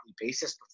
basis